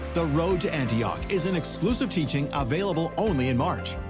the road to antioch is an exclusive teaching available only in march.